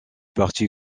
parti